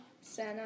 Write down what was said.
Sana